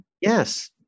Yes